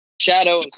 Shadow